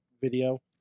video